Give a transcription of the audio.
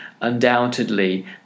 Undoubtedly